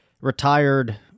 retired